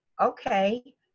okay